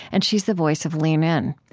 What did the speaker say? and she's the voice of lean in.